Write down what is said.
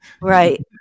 right